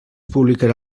publicarà